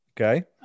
Okay